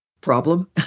problem